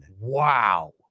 wow